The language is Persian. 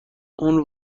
اون